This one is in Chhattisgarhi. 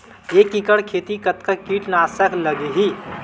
एक एकड़ खेती कतका किट नाशक लगही?